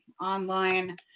online